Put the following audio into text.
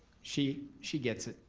she she gets it,